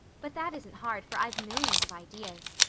but that isn't hard for i've millions of ideas.